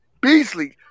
Beasley